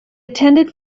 attended